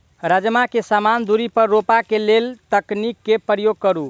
राजमा केँ समान दूरी पर रोपा केँ लेल केँ तकनीक केँ प्रयोग करू?